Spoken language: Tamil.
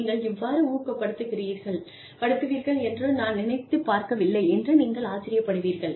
நீங்கள் இவ்வாறு ஊக்கப்படுத்துவீர்கள் என்று நான் நினைத்தே பார்க்கவில்லை' என்று நீங்கள் ஆச்சரியப்படுவீர்கள்